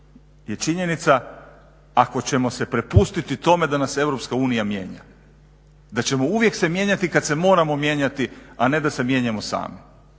je činjenica je ako ćemo se prepustiti tome da nas EU mijenja, da ćemo uvijek se mijenjati kad se moramo mijenjati a ne da se mijenjamo sami.